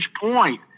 point